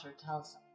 tells